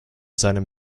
seinem